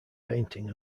painting